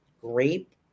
Grape